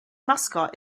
mascot